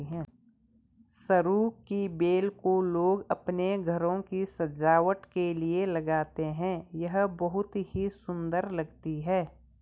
सरू की बेल को लोग अपने घरों की सजावट के लिए लगाते हैं यह बहुत ही सुंदर लगती है